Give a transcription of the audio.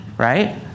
Right